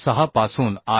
6 पासून आय